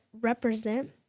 represent